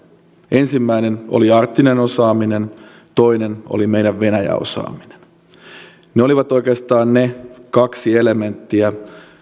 ensimmäinen oli arktinen osaaminen toinen oli meidän venäjä osaaminen ne olivat oikeastaan ne kaksi elementtiä